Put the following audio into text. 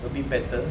a bit better